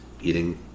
eating